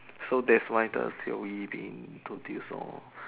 so that's why the C_O_E didn't do these all